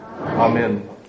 Amen